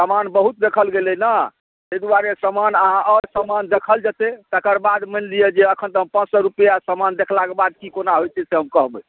समान बहुत देखल गेलै ने तै दुआरे समान आहाँ आओर समान देखल जेतै तकर बाद मानि लिअ जे अखन तऽ हम पाँच सए रुपैआ समान देखलाक बाद की कोना होइ छै से हम कहबै